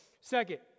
second